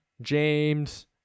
James